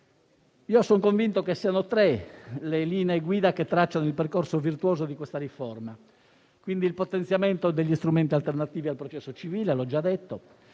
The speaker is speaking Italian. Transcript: Sono convinto che siano tre le linee guida che tracciano il percorso virtuoso di questa riforma: innanzitutto il potenziamento degli strumenti alternativi al processo civile, di cui ho già detto.